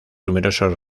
numerosos